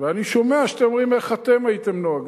ואני שומע שאתם אומרים איך אתם הייתם נוהגים.